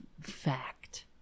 fact